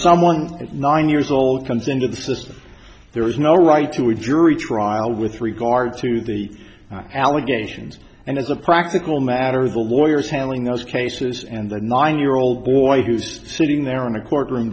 someone at nine years old comes into the system there is no right to a jury trial with regard to the allegations and as a practical matter the lawyers handling those cases and a nine year old boy who's sitting there in a courtroom